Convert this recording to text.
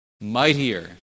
Mightier